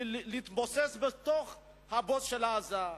להתבוסס בבוץ של עזה.